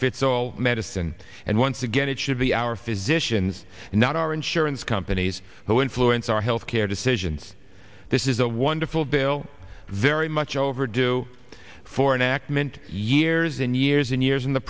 fits all medicine and once again it should be our physicians and not our insurance companies who influence our healthcare decisions this is a wonderful bill very much overdue for enactment years and years and years in the